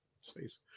space